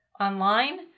online